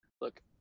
look